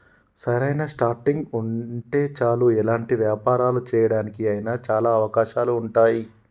సరైన స్టార్టింగ్ ఉంటే చాలు ఎలాంటి వ్యాపారాలు చేయడానికి అయినా చాలా అవకాశాలు ఉంటాయి